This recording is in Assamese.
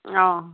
অঁ